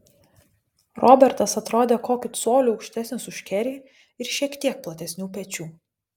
robertas atrodė kokiu coliu aukštesnis už kerį ir šiek tiek platesnių pečių